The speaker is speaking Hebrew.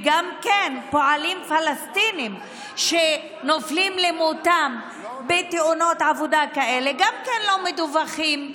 פועלים פלסטינים שנופלים למותם בתאונות עבודה כאלה גם כן לא מדווחים.